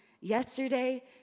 yesterday